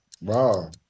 Wow